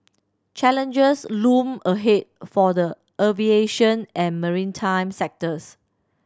challenges loom ahead for the aviation and maritime sectors